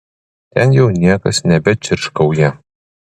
ten jau niekas nebečirškauja